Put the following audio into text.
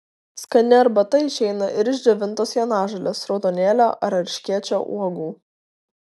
skani arbata išeina ir iš džiovintos jonažolės raudonėlio ar erškėčio uogų